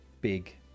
big